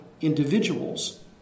individuals